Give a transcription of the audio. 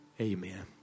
Amen